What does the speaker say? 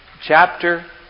chapter